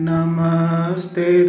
Namaste